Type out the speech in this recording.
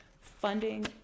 funding